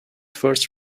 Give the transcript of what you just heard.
first